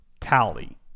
tally